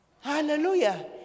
Hallelujah